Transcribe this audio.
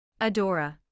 Adora